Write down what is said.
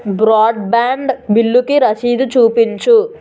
broad band బిల్లుకి రశీదు చూపించు